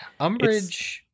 Umbridge